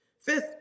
Fifth